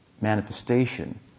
manifestation